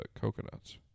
coconuts